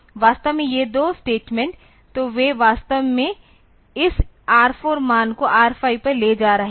वास्तव में ये दो स्टेटमेंट तो वे वास्तव में इस R4 मान को R5 पर ले जा रहे हैं